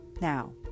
Now